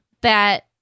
that-